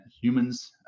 humans